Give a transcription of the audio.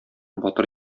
батыр